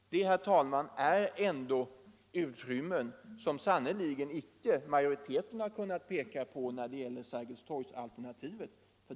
Det, herr talman, är ändå utrymmen som majoriteten sannerligen icke kunnat peka på när det gäller Sergelstorgsalternativet.